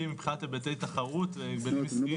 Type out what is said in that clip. לכמה בתי חולים זה רלוונטי?